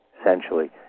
essentially